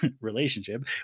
relationship